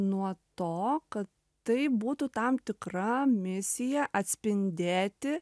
nuo to ka tai būtų tam tikra misija atspindėti